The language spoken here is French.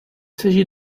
s’agit